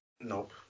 Nope